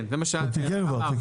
כן, זה אמרנו.